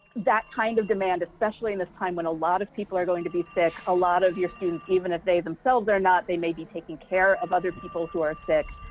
that kind of demand, especially in this time when a lot of people are going to be sick. a lot of your students, even if they themselves are not, they may be taking care of other people who are sick.